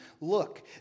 Look